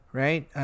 right